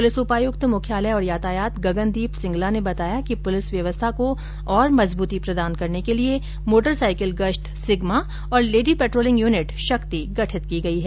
police उपायुक्त मुख्यालय और यातायात गगनदीप सिंगला ने बताया कि पुलिस व्यवस्था को और मजबूर्ती प्रदान करने के लिए मोटरसाइकिल गश्त सिग्मा और लेडी पेट्रोलिंग यूनिट शक्ति गठित की गई है